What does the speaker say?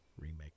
remake